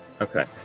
Okay